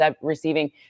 receiving